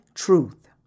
truth